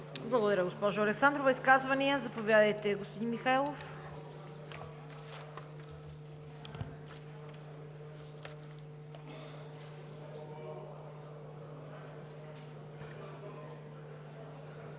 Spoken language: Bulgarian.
Благодаря, госпожо Александрова. Изказвания? Заповядайте, госпожо Дариткова.